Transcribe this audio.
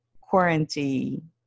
quarantine